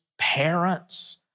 parents